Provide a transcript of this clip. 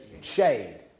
Shade